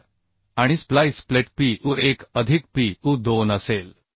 असेल आणि splice plate pu 1 अधिक pu 2 असेल